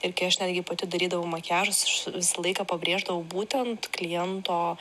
ir kai aš netgi pati darydavau makiažus visą laiką pabrėždavau būtent kliento